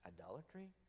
idolatry